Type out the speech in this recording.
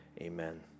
amen